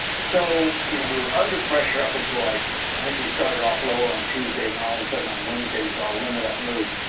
so you know we were under pressure up until like i think we started off lower on tuesday and then all of a sudden on wednesday we saw a limit up move.